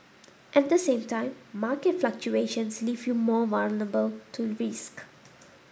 at the same time market fluctuations leave you more vulnerable to risk